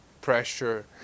pressure